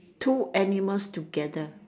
two animals together